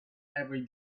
every